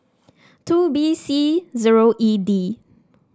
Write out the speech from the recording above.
two B C zero E D